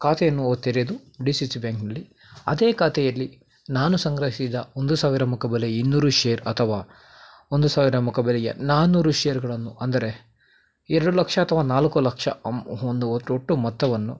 ಖಾತೆಯನ್ನು ತೆರೆದು D C C ಬ್ಯಾಂಕ್ನಲ್ಲಿ ಅದೇ ಖಾತೆಯಲ್ಲಿ ನಾನು ಸಂಗ್ರಹಿಸಿದ ಒಂದು ಸಾವಿರ ಮುಖಬೆಲೆಯ ಇನ್ನೂರು ಷೇರ್ ಅಥವಾ ಒಂದು ಸಾವಿರ ಮುಖಬೆಲೆಯ ನಾನ್ನೂರು ಷೇರ್ಗಳನ್ನು ಅಂದರೆ ಎರಡು ಲಕ್ಷ ಅಥವಾ ನಾಲ್ಕು ಲಕ್ಷ ಒಂಬ್ ಒಂದು ಒಟ್ಟು ಒಟ್ಟು ಮೊತ್ತವನ್ನು